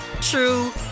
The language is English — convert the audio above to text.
true